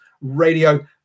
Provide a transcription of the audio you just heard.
Radio